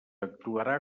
actuarà